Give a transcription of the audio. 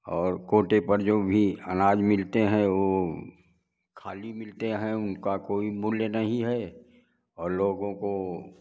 और कोटे पर जो भी अनाज मिलते हैं वह खाली मिलते हैं उनका कोई मूल्य नहीं है और लोगों को